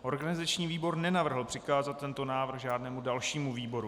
Organizační výbor nenavrhl přikázat tento návrh žádnému dalšímu výboru.